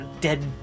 dead